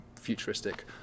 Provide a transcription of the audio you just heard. futuristic